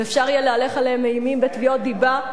ואפשר יהיה להלך עליהם אימים בתביעות דיבה.